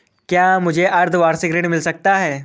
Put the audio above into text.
क्या मुझे अर्धवार्षिक ऋण मिल सकता है?